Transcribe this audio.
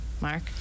Mark